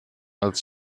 als